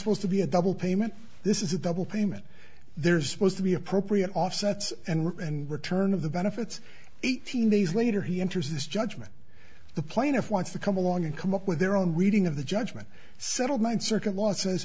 supposed to be a double payment this is a double payment there's supposed to be appropriate offsets and work and return of the benefits eighteen days later he enters this judgment the plaintiff wants to come along and come up with their own reading of the judgment settlement circuit l